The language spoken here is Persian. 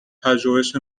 پژوهش